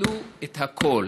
וביטלו את הכול.